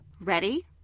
Ready